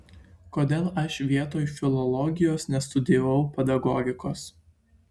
kodėl aš vietoj filologijos nestudijavau pedagogikos